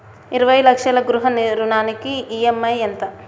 ఇరవై లక్షల గృహ రుణానికి ఈ.ఎం.ఐ ఎంత?